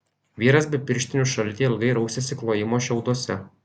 vyras be pirštinių šaltyje ilgai rausėsi klojimo šiauduose